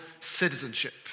citizenship